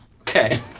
Okay